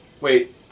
Wait